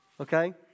Okay